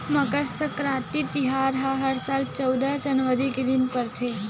मकर सकराति तिहार ह हर साल चउदा जनवरी के दिन परथे